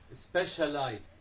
Specialized